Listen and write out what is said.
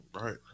Right